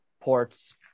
ports